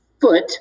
foot